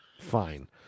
fine